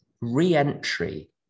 re-entry